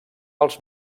els